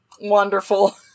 wonderful